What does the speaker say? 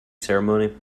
ceremony